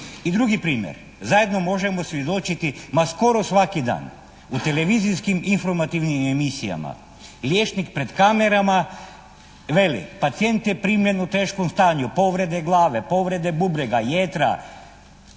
I drugi primjer. Zajedno možemo svjedočiti ma skoro svaki dan, u televizijskim informativnim emisijama liječnik pred kamerama veli: pacijent je primljen u teškom stanju. Povrede glave, povrede bubrega, jetra.